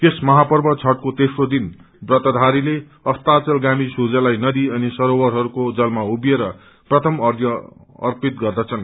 यस महापर्व छठको तेम्रो दिन व्रतधारीले अस्ताचलगामी सूर्यलाई नदी अनि सरोवरहरूको जलमा उभिएर प्रथम अर्ष्या अर्पित गर्दछन्